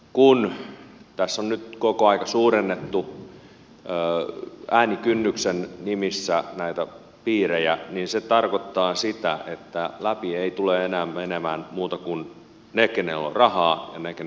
kun tässä on nyt koko aika suurennettu äänikynnyksen nimissä näitä piirejä niin se tarkoittaa sitä että läpi ei tule enää menemään muuta kuin ne keillä on rahaa ja ne keillä on julkisuutta